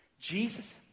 Jesus